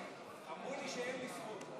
אמרו לי שאין לי זכות.